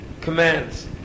commands